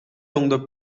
оңдоп